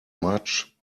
much